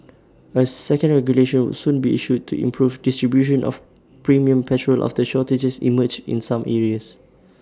A second regulation would soon be issued to improve distribution of premium petrol after the shortages emerged in some areas